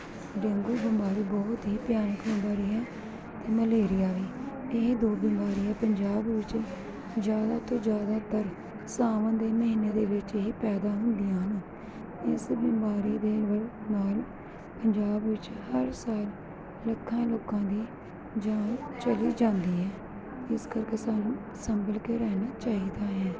dengue ਬਿਮਾਰੀ ਬਹੁਤ ਹੀ ਭਿਆਨਕ ਬਿਮਾਰੀ ਹੈ ਅਤੇ ਮਲੇਰੀਆ ਵੀ ਇਹ ਦੋ ਬਿਮਾਰੀਆਂ ਪੰਜਾਬ ਵਿੱਚ ਜ਼ਿਆਦਾ ਤੋਂ ਜ਼ਿਆਦਾਤਰ ਸਾਵਣ ਦੇ ਮਹੀਨੇ ਦੇ ਵਿੱਚ ਹੀ ਪੈਦਾ ਹੁੰਦੀਆਂ ਹਨ ਇਸ ਬਿਮਾਰੀ ਦੇ ਨਾਲ ਪੰਜਾਬ ਵਿੱਚ ਹਰ ਸਾਲ ਲੱਖਾਂ ਲੋਕਾਂ ਦੀ ਜਾਨ ਚਲੀ ਜਾਂਦੀ ਹੈ ਇਸ ਕਰਕੇ ਸਾਨੂੰ ਸੰਭਲ ਕੇ ਰਹਿਣਾ ਚਾਹੀਦਾ ਹੈ